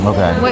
Okay